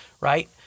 right